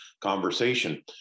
conversation